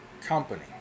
company